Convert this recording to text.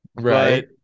Right